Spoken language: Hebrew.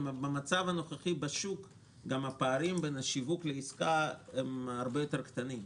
במצב הנוכחי בשוק גם הפערים בין שיווק לעסקה הרבה יותר קטנים.